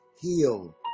Heal